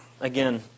again